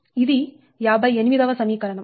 ఇది 58 వ సమీకరణం